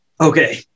Okay